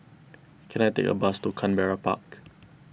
can I take a bus to Canberra Park